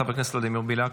חבר הכנסת ולדימיר בליאק,